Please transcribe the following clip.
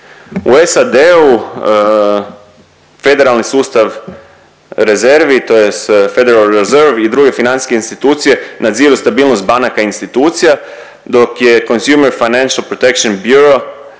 U SAD-u federalni sustav rezervi, tj. Federal Reserve i druge financijske institucije nadziru stabilnost banaka i institucija, dok je Consumer Financial Protection Bureau,